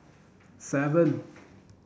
seven